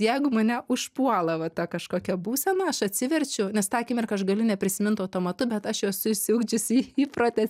jeigu mane užpuola va ta kažkokia būsena aš atsiverčiu nes tą akimirką aš galiu neprisimint automatu bet aš esu išsiugdžiusi į įprotį